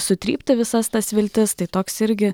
sutrypti visas tas viltis tai toks irgi